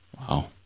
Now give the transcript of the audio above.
Wow